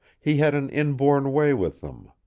he had an inborn way with them.